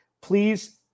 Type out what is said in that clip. Please